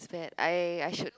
that I I should